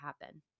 happen